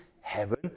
heaven